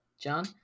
John